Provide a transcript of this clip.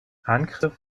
angriff